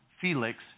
Felix